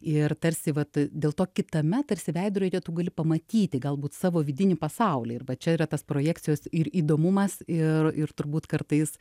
ir tarsi vat dėl to kitame tarsi veidrodyje tu gali pamatyti galbūt savo vidinį pasaulį ir va čia yra tas projekcijos ir įdomumas ir ir turbūt kartais